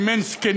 אם אין זקנים,